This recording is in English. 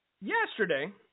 yesterday